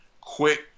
quick